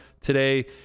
today